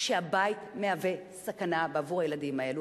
שהבית מהווה סכנה בעבור הילדים האלה,